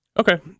Okay